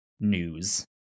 news